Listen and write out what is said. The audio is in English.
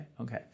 okay